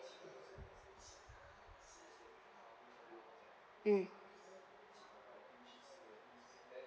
mm